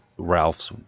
Ralph's